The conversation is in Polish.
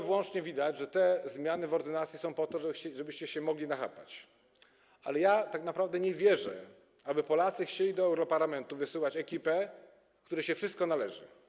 Widać, że te zmiany w ordynacji są po to, żebyście się mogli nachapać, ale ja tak naprawdę nie wierzę, żeby Polacy chcieli do europarlamentu wysyłać ekipę, której się wszystko należy.